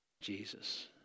Jesus